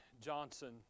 Johnson